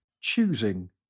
Choosing